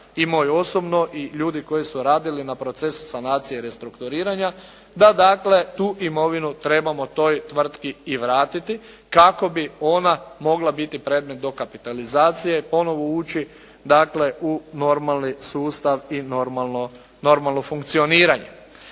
,i moje osobno i ljudi koji su radili na procesu sanacije i restrukturiranja, da dakle tu imovinu trebamo toj tvrtki i vratiti kako bi ona mogla biti predmet do kapitalizacije i ponovo ući dakle u normalni sustav i normalno funkcioniranje.